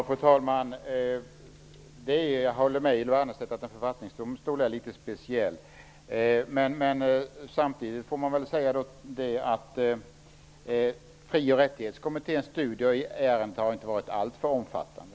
Fru talman! Jag håller med Ylva Annerstedt om att en författningsdomstol är litet speciell. Men samtidigt har Fri och rättighetskommitténs studier på området inte varit alltför omfattande.